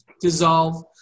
dissolve